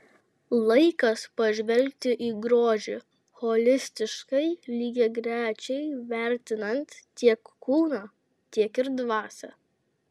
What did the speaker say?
laikas pažvelgti į grožį holistiškai lygiagrečiai vertinant tiek kūną tiek ir dvasią